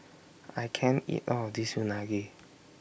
I can't eat All of This Unagi